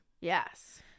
Yes